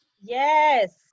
yes